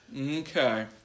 Okay